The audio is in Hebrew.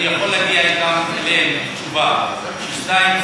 אני יכול להגיע אתם לתשובה ש-2.4,